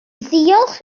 ddiolch